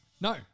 No